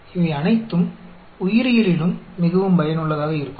இவை அனைத்தும் உயிரியலிலும் மிகவும் பயனுள்ளதாக இருக்கும்